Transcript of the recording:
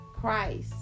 Christ